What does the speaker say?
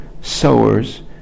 sowers